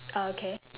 ah okay